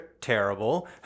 terrible